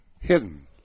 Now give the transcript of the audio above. Hidden